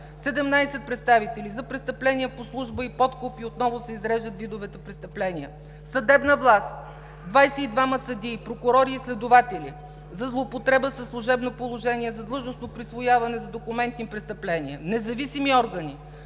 17 представители за престъпления по служба и подкуп и отново се изреждат видовете престъпления. Съдебна власт – 22 съдии, прокурори и следователи за злоупотреба със служебно положение, за длъжностно присвояване, за документни престъпления. Независими органи